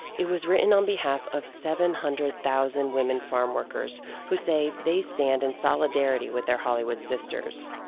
it was written on behalf of seven hundred thousand women farmworkers who say they stand in solidarity with their hollywood sisters.